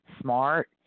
smart